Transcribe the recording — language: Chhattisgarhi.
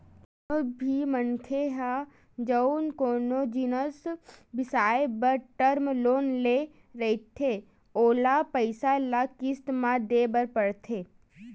कोनो भी मनखे ह जउन कोनो जिनिस बिसाए बर टर्म लोन ले रहिथे ओला पइसा ल किस्ती म देय बर परथे